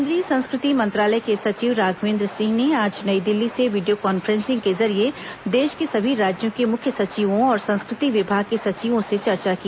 केंद्रीय संस्कृति मंत्रालय के सचिव राघवेंद्र सिंह ने आज नई दिल्ली से वीडियो कॉन्फ्रेंसिंग के जरिये देश के सभी राज्यों के मुख्य सचिवों और संस्कृति विभाग के सचिवों से चर्चा की